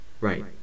Right